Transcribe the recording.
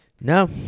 No